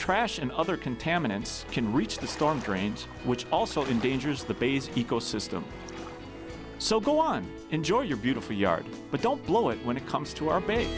trash and other contaminants can reach the storm drains which also in danger's the bays ecosystem so go on enjoy your beautiful yard but don't blow it when it comes to our